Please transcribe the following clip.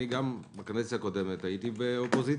גם בקדנציה הקודמת הייתי באופוזיציה,